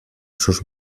sus